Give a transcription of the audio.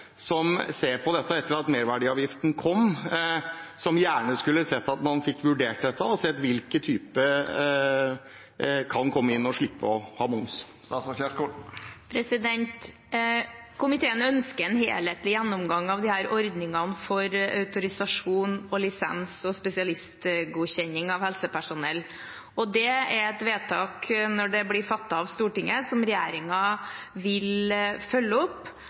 som etter at merverdiavgiften kom, gjerne skulle sett at man fikk vurdert det og sett på hvilke grupper som kan komme inn og slippe moms. Komiteen ønsker en helhetlig gjennomgang av ordningene for autorisasjon, lisens og spesialistgodkjenning av helsepersonell, og det er et vedtak når det blir fattet av Stortinget, som regjeringen vil følge opp.